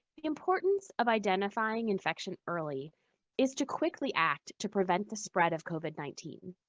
the importance of identifying infection early is to quickly act to prevent the spread of covid nineteen.